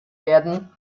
werden